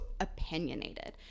opinionated